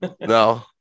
No